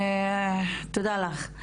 תודה לך.